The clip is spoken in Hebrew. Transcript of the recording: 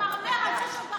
כמה שהוא מברבר על זה שבחרו,